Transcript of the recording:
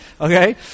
okay